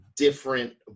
different